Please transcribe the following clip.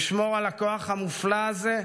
ישמור על הכוח המופלא הזה,